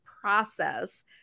process